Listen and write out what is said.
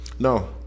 No